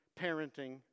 parenting